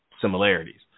similarities